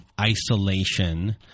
isolation